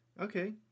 okay